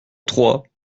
trois